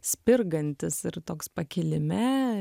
spirgantis ir toks pakilime